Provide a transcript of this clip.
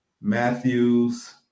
Matthews